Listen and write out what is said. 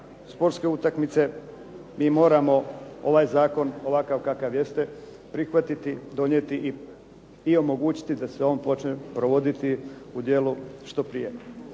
sportske utakmice, mi moramo ovaj zakon ovakav kakav jeste prihvatiti, donijeti i omogućiti da se on počne provoditi u dijelu što prije.